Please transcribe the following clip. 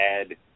add